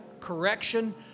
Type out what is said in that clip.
correction